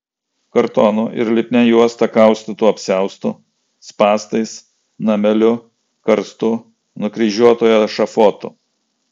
kartonu ir lipnia juosta kaustytu apsiaustu spąstais nameliu karstu nukryžiuotojo ešafotu